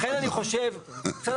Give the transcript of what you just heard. לכן אני חושב ש-20% זה באמת,